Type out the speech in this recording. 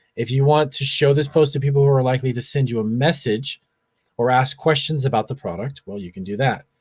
if you want to show this post to people who are likely to send you a message or ask questions about the product, well you can do that.